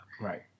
Right